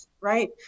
right